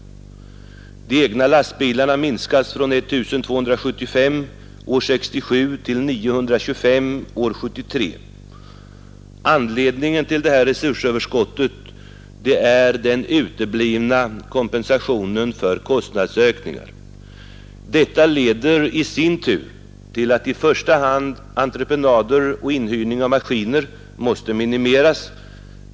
Antalet egna lastbilar minskas från 1 275 år 1967 till 925 år 1973. Anledningen till det här resursöverskottet är den uteblivna kompensationen för kostnadsökningen. Detta leder i sin tur till att i första hand entreprenader och inhyrning av maskiner måste minimeras.